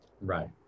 Right